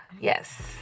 Yes